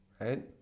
Right